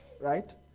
right